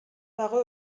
dago